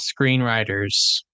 screenwriters